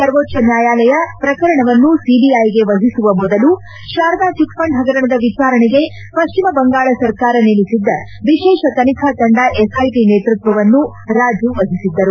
ಸರ್ವೋಚ್ಚ ನ್ಯಾಯಾಲಯ ಪ್ರಕರಣವನ್ನು ಸಿಬಿಐ ಗೆ ವಹಿಸುವ ಮೊದಲು ಶಾರದಾ ಚಿಟ್ ಫಂಡ್ ಹಗರಣದ ವಿಚಾರಣೆಗೆ ಪಶ್ಲಿಮ ಬಂಗಾಳ ಸರ್ಕಾರ ನೇಮಿಸಿದ್ದ ವಿಶೇಷ ತನಿಖಾ ತಂಡ ಎಸ್ ಐ ಟಿ ನೇತೃತ್ವವನ್ನು ರಾಜೀವ್ ವಹಿಸಿದ್ದರು